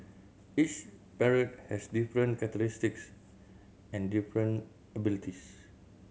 each parrot has different characteristics and different abilities